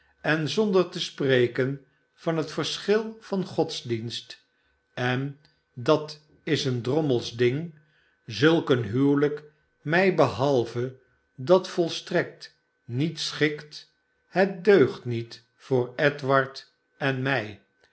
en zonder te spreken van het verschil van godsdienst en dat is een drommejsch ding zulk een huwelijk mij behalve dat volstrekt niet schikt het deugt niet voor edward en mij